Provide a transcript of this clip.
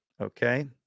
Okay